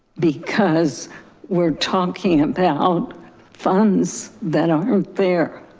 because we're talking about funds that aren't there.